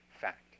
fact